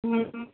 उम्